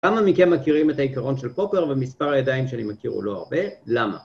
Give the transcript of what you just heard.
כמה מכם מכירים את העיקרון של פוקר, ומספר הידיים שאני מכיר הוא לא הרבה, למה?